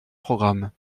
programme